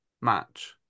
match